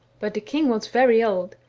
but the king was very old,